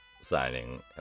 signing